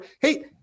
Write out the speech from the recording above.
Hey